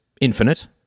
infinite